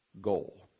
goal